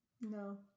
no